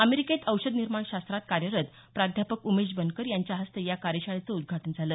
अमेरिकेत औषध निर्माण शास्त्रात कार्यारत तज्ज्ञ प्राध्यापक उमेश बनकर यांच्या हस्ते या कार्यशाळेचं उद्घाटन करण्यात आलं